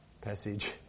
passage